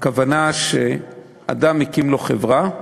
הכוונה שאדם הקים לו חברה,